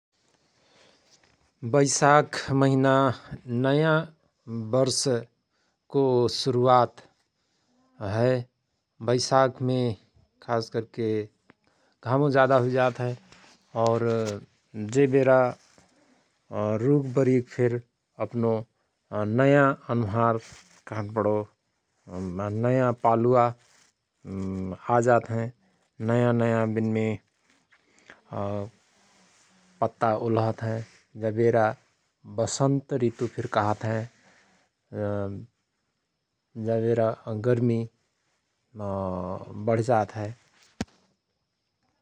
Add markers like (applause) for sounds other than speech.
बैसाख महिना नयाँ बर्षको सुरुवात हय । बैसाखमे खास करके घामु जाधा हुईजात हय । और जे बेरा (hesitation) रुख बरिख फिर अपनो (hesitation) नयाँ अनुहार कहनपणो नयाँ पालुवा (hesitation) आजात हयं । नयाँ नयाँ विनमे (hesitation) पत्ता उल्हत हयं जा बेरा बसन्त ऋतु फिर कहत हयं । (hesitation) जा बेरा गर्मि (hesitation) बढ्जात हय ।